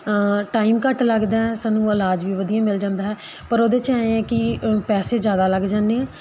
time ਘੱਟ ਲੱਗਦਾ ਸਾਨੂੰ ਇਲਾਜ ਵੀ ਵਧੀਆ ਮਿਲ ਜਾਂਦਾ ਹੈ ਪਰ ਉਹਦੇ 'ਚ ਐਂ ਆ ਕਿ ਪੈਸੇ ਜ਼ਿਆਦਾ ਲੱਗ ਜਾਂਦੇ ਹੈ